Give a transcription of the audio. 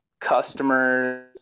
customers